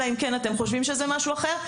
אלא אם כן אתם חושבים שזה משהו אחר,